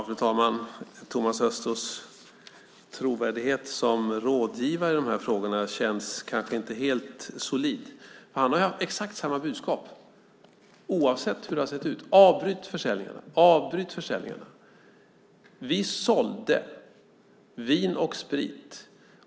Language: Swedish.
Fru talman! Thomas Östros trovärdighet som rådgivare i de här frågorna känns kanske inte helt solid. Han har haft exakt samma budskap oavsett hur det har sett ut. Avbryt försäljningarna! Vi sålde Vin & Sprit.